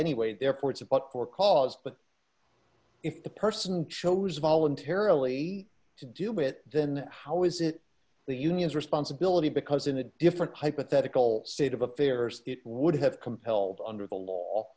anyway therefore it's about for cause but if the person shows voluntarily to deal with then how is it the union's responsibility because in a different hypothetical sit of affairs it would have compelled under the law